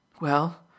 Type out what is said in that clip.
Well